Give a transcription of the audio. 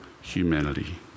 humanity